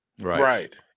Right